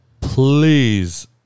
please